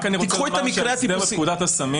אני רוצה לומר שההסדר בפקודת הסמים